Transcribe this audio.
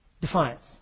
Defiance